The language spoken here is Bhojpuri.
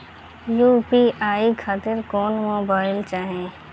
यू.पी.आई खातिर कौन मोबाइल चाहीं?